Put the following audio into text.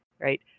right